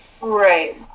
Right